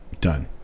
Done